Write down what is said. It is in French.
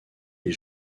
les